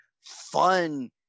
fun